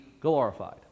glorified